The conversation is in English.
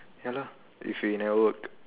ya lah if we never work